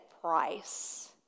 price